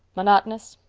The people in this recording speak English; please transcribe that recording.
monotonous?